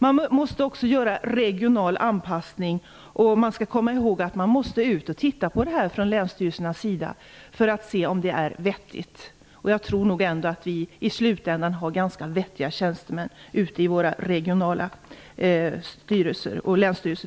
Man måste också göra regional anpassning, och vi skall komma ihåg att länsstyrelserna skall ut och se om det här är vettigt. Jag tror att vi i slutändan har ganska vettiga tjänstemän i våra länsstyrelser.